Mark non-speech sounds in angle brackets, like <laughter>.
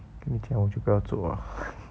跟你讲我就不要做了 <laughs>